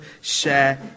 share